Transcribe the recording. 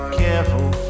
careful